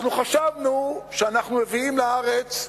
אנחנו חשבנו שאנחנו מביאים לארץ עובדים.